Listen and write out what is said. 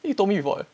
you told me before [what]